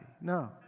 No